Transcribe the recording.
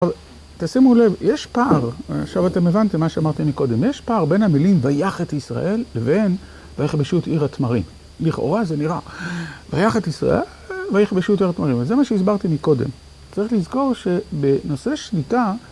עכשיו תשימו לב, יש פער, עכשיו אתם הבנתם מה שאמרתי מקודם, יש פער בין המילים ויך את ישראל, לבין ויכבשו את עיר התמרים. לכאורה זה נראה, ויך את ישראל ויכבשו עיר התמרים, וזה מה שהסברתי מקודם. צריך לזכור שבנושא שליטה...